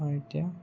হয় এতিয়া